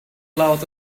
loud